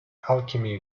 alchemy